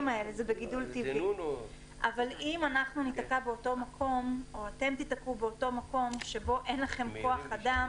אבל אם אנחנו ניתקע באותו מקום שבו אין לכם כוח אדם